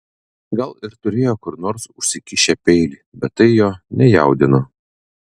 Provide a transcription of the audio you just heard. gal ir turėjo kur nors užsikišę peilį bet tai jo nejaudino